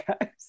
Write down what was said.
guys